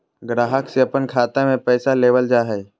ग्राहक से अपन खाता में पैसा लेबल जा हइ